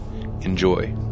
enjoy